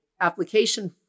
application